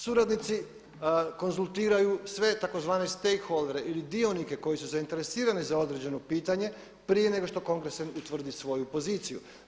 Suradnici konzultiraju sve tzv. stakeholdere ili dionike koji su zainteresirani za određeno pitanje prije nego što Kongres utvrdi svoju poziciju.